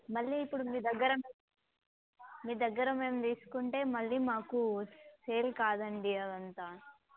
మళ్ళీ ఇప్పుడు మీ దగ్గర మీ దగ్గర మేము తీసుకుంటే మళ్ళీ మాకు సేల్ కాదండి అదంతా